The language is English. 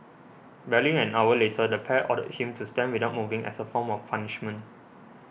barely an hour later the pair ordered him to stand without moving as a form of punishment